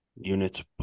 Units